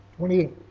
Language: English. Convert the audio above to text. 28